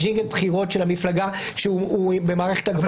ג'ינגל הבחירות של המפלגה כשהוא במערכת הגברה.